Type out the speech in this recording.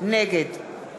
נגד מנואל